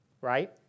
right